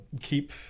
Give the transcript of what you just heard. keep